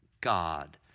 God